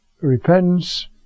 repentance